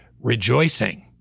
rejoicing